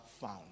found